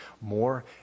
more